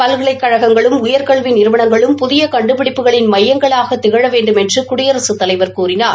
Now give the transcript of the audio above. பல்கலைக்கழகங்களும் உயர்கல்வி நிறுவனங்களும் புதிய கண்டுபிடிப்புகளின் திகழ வேண்டுமென்று குடியரசுத் தலைவர் கூறினார்